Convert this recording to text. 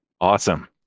Awesome